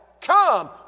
come